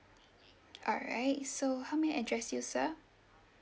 alright so how may I address you sir